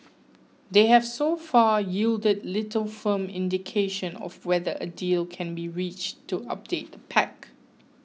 they have so far yielded little firm indication of whether a deal can be reached to update the pact